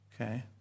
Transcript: Okay